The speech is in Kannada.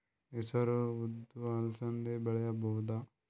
ಹೆಸರು ಉದ್ದು ಅಲಸಂದೆ ಬೆಳೆಯಬಹುದಾ?